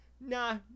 nah